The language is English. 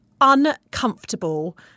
uncomfortable